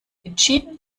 entschieden